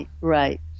Right